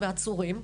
בעצורים,